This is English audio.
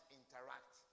interact